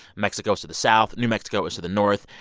mexico's to the south. new mexico is to the north.